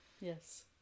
Yes